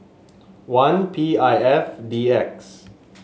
one P I F D X